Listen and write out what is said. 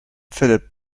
philip